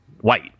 White